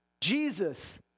Jesus